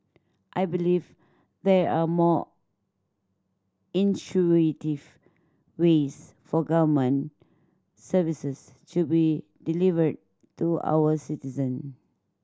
I believe there are more intuitive ways for government services to be delivered to our citizen